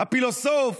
הפילוסוף,